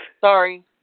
Sorry